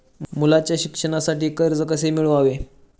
मुलाच्या शिक्षणासाठी कर्ज कसे मिळवावे?